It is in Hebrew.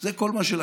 זה כל מה שלקחתם.